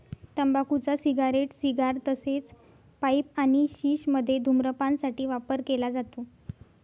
तंबाखूचा cigarette, cigar तसेच pipe आणि शिश मध्ये धूम्रपान साठी वापर केला जातो